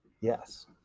yes